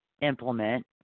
implement